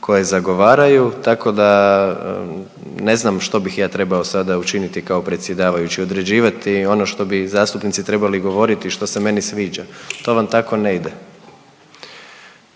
koje zagovaraju tako da ne znam što bih ja trebao sada učiniti kao predsjedavajući određivati ono što bi zastupnici trebali govoriti što se meni sviđa. To vam tako ne ide.